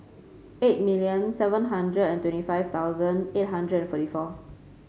eight million seven hundred and twenty five thousand eight hundred and forty four